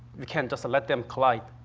we can just let them collide.